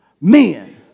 men